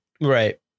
right